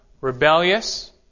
rebellious